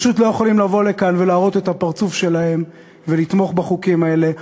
פשוט לא יכולים לבוא לכאן ולהראות את הפרצוף שלהם ולתמוך בחוקים האלה,